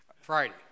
Friday